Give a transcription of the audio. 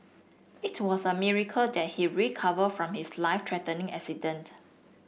it was a miracle that he recovered from his life threatening accident